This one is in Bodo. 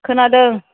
खोनादों